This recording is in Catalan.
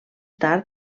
tard